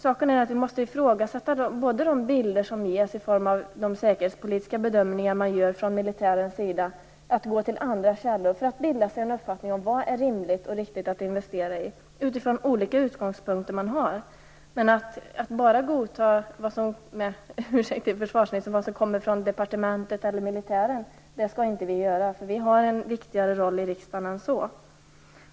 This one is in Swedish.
Man måste ifrågasätta de bilder som ges i de säkerhetspolitiska bedömningarna från militärens sida och även gå till andra källor för att bilda sig en uppfattning om vad som är rimligt och riktigt att investera i. Detta måste man göra utifrån olika utgångspunkter. Försvarsministern får ursäkta, men vi i utskottet skall inte bara godta det som kommer från departementet eller militären. Vi har en viktigare roll i riksdagen än så.